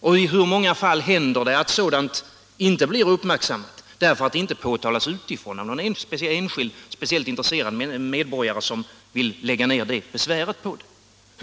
Och i hur många fall händer det att sådant inte uppmärksammas därför att det inte påtalas utifrån av någon enskild speciellt intresserad medborgare, som vill lägga ned det besväret på det?